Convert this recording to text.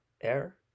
air